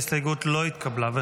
ההסתייגות לא התקבלה.